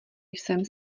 jsem